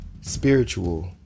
spiritual